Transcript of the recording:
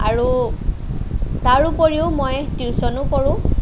আৰু তাৰোপৰিও মই টিউচনো কৰো